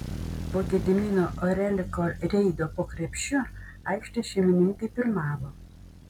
po gedimino oreliko reido po krepšiu aikštės šeimininkai pirmavo